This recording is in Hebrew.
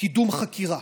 קידום חקירה.